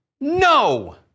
No